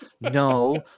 no